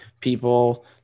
people